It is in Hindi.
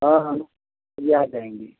हाँ हाँ चलिए आ जाएँगे